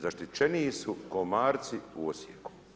Zaštićeniji su komarci u Osijeku.